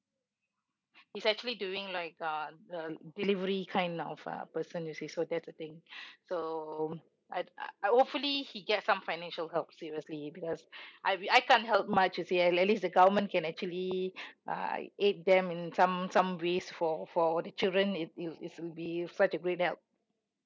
it's actually doing like uh the delivery kind of uh person you see so that's the thing so I I hopefully he get some financial help seriously because I will I can't help much you see at least the government can actually uh aide them in some some ways for for the children it it it will be such a great help